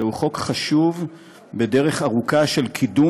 זה הוא חוק חשוב בדרך ארוכה של קידום